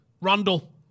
Randall